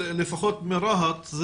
לפחות ברהט,